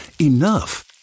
Enough